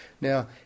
Now